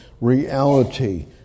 reality